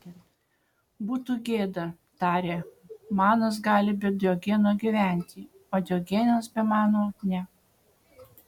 būtų gėda tarė manas gali be diogeno gyventi o diogenas be mano ne